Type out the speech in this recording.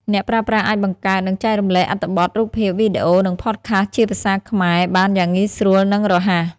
អ្នកប្រើប្រាស់អាចបង្កើត និងចែករំលែកអត្ថបទ រូបភាព វីដេអូ និងផតខាសជាភាសាខ្មែរបានយ៉ាងងាយស្រួល និងរហ័ស។